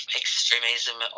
extremism